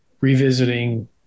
revisiting